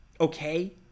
okay